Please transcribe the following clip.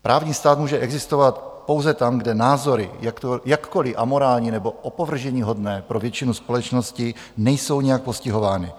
Právní stát může existovat pouze tam, kde názory, jakkoliv amorální nebo opovrženíhodné pro většinu společnosti, nejsou nijak postihovány.